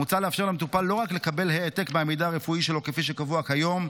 מוצע לאפשר למטופל לא רק לקבל העתק מהמידע הרפואי שלו כפי שקבוע כיום,